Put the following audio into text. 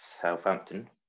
Southampton